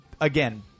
again